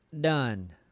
done